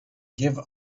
give